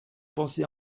pensez